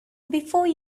before